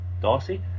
Darcy